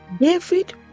David